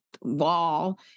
wall